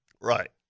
Right